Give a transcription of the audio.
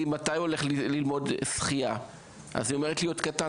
הולך ללמוד שחייה והיא ענתה שהוא עדיין קטן.